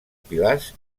pilars